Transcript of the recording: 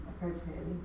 appropriately